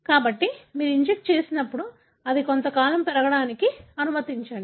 కాబట్టి మీరు ఇంజెక్ట్ చేసినప్పుడు అది కొంతకాలం పెరగడానికి అనుమతించండి